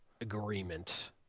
agreement